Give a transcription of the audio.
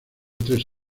tres